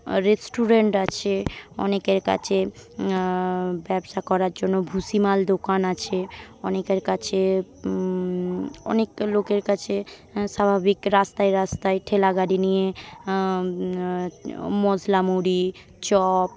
restaurant আছে অনেকের কাছে ব্যবসা করার জন্য ভুসিমাল দোকান আছে অনেকের কাছে অনেকটা লোকের কাছে স্বাভাবিক রাস্তায় রাস্তায় ঠেলা গাড়ি নিয়ে মশলা মুড়ি চপ